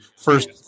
first